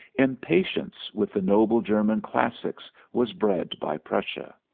impatience with the noble german classics was bred by prussia.